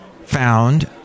found